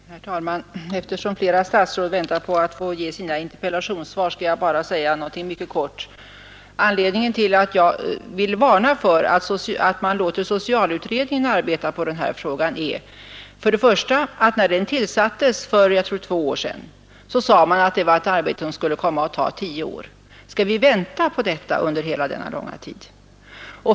Herr talman! Eftersom andra statsråd väntar på att få läsa upp sina interpellationssvar skall jag fatta mig mycket kort. Anledningen till att jag vill varna för att man låter socialutredningen arbeta med den här frågan är för det första att när den tillsattes för, jag vill minnas, två år sedan sade man att det var ett arbete som skulle ta tio år. Skall vi vänta på ett resultat under så lång tid?